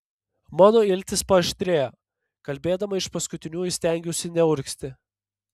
mano iltys paaštrėjo kalbėdama iš paskutiniųjų stengiausi neurgzti